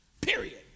period